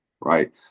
right